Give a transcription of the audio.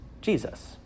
Jesus